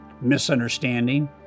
misunderstanding